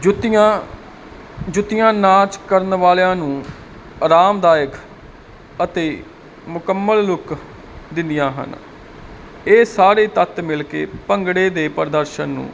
ਜੁੱਤੀਆਂ ਜੁੱਤੀਆਂ ਨਾਚ ਕਰਨ ਵਾਲਿਆਂ ਨੂੰ ਰਾਮਦਾਇਕ ਅਤੇ ਮੁਕਾਮਾਲ ਲੁਕ ਦਿੰਦਿਆਂ ਹਨ ਇਹ ਸਾਰੇ ਤੱਤ ਮਿਲ ਕੇ ਭੰਗੜੇ ਦੇ ਪ੍ਰਦਰਸ਼ਨ ਨੂੰ